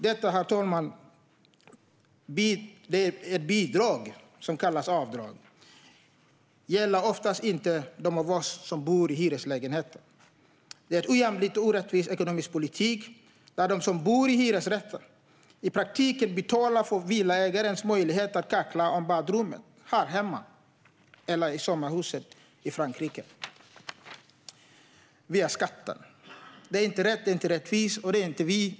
Detta bidrag, som kallas avdrag, herr talman, gäller oftast inte dem av oss som bor i hyreslägenheter. Det är en ojämlik och orättvis ekonomisk politik, där de som bor i hyresrätt i praktiken via skatten betalar för villaägares möjlighet att kakla om badrummet här hemma eller i sommarhuset i Frankrike. Det är inte rätt. Det är inte rättvist.